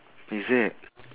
is it